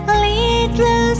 little